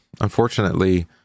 unfortunately